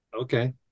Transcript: Okay